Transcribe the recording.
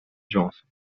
johnson